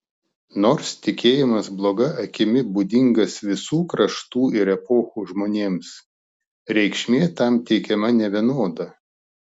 nors tikėjimas bloga akimi būdingas visų kraštų ir epochų žmonėms reikšmė tam teikiama nevienoda